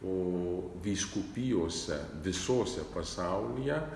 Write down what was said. o vyskupijose visose pasaulyje